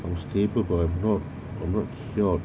I'm stable but I'm not I'm not cured